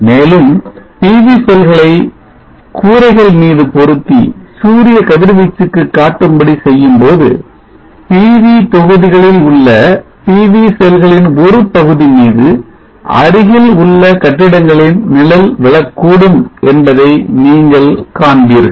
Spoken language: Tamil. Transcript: மேலும் PV செல்களை கூரைகள் மீது பொருத்தி சூரிய கதிர்வீச்சிற்கு காட்டும்படி செய்யும்போது PV தொகுதிகளில் உள்ள PV செல்களின் ஒரு பகுதி மீது அருகில்உள்ள கட்டிடங்களின் நிழல் விழக்கூடும் என்பதை நீங்கள் காண்பீர்கள்